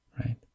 right